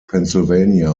pennsylvania